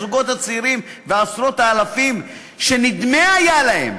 הזוגות הצעירים ועשרות האלפים שנדמה היה להם